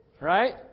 Right